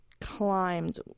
climbed